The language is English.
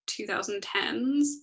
2010s